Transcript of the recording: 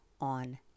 on